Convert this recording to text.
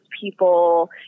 people